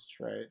Right